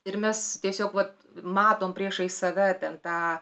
ir mes tiesiog vat matom priešais save ten tą